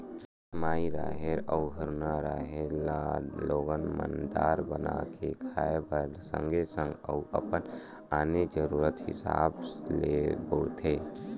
माई राहेर अउ हरूना राहेर ल लोगन मन दार बना के खाय बर सगे संग अउ अपन आने जरुरत हिसाब ले बउरथे